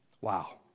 Wow